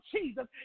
Jesus